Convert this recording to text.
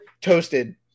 toasted